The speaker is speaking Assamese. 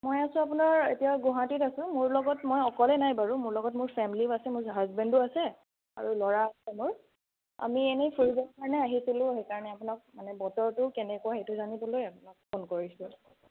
মই আছোঁ আপোনাৰ এতিয়া গুৱাহাটীত আছোঁ মোৰ লগত মই অকলে নাই বাৰু মোৰ লগত মোৰ ফেমিলিও আছে মোৰ হাজবেণ্ডো আছে আৰু ল'ৰা আছে মোৰ আমি এনেই ফুৰিব কাৰণে আহিছিলোঁ সেইকাৰণে আপোনাক মানে বতৰটো কেনেকুৱা সেইটো জানিবলৈ আপোনাক ফোন কৰিছোঁ